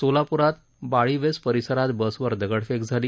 सोलापूरात बाळी वेस परिसरात बसवर दगडफेक झाली